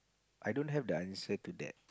I don't have the answer to that